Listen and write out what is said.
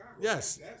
Yes